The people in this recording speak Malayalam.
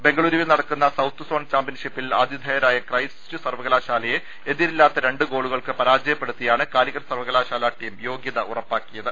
ബെംഗളുരുവിൽ നടക്കുന്ന സൌത്ത് സോൺ ചാംപ്യൻഷിപ്പിൽ ആതിഥേയരായ ക്രൈസ്റ്റ് സർവകലാശാലയെ എതിരില്ലാത്ത രണ്ട് ഗോളുകൾക്ക് പരാജയപ്പെടുത്തിയാണ് കാലിക്കറ്റ് സർവകലാശാല ടീം യോഗൃത ഉറപ്പാക്കിയത്